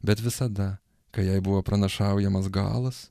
bet visada kai jai buvo pranašaujamas galas